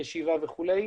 ישיבה וכולי,